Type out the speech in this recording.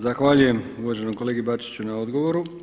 Zahvaljujem uvaženom kolegi Bačiću na odgovoru.